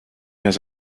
has